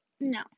no